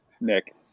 Nick